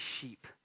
sheep